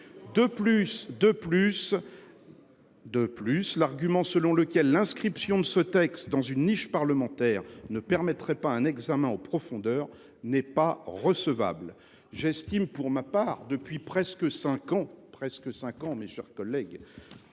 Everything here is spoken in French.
De plus, l’argument selon lequel l’inscription de ce texte dans une niche parlementaire ne permettrait pas un examen en profondeur n’est pas recevable. J’estime, pour ma part, que, avec plus de cinq ans,